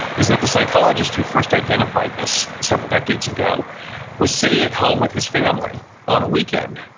is that the psychologist who first identified this several decades ago was sitting at home with his family on a weekend.